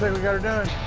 we got her done.